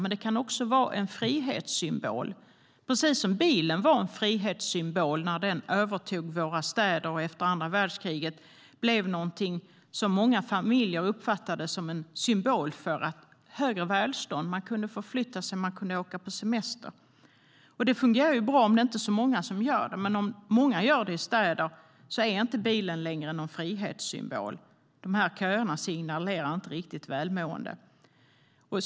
Men det kan också vara en frihetssymbol, precis som bilen var en frihetssymbol när den övertog våra städer efter andra världskriget. Bilen blev någonting som många familjer uppfattade som en symbol för ett högre välstånd. Man kunde förflytta sig. Man kunde åka på semester. Det fungerar bra om det inte är så många som gör det, men om många gör det i städer är inte bilen längre någon frihetssymbol. De här köerna signalerar inte riktigt välmående.